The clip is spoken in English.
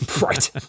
Right